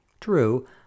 True